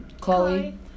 Chloe